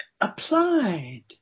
applied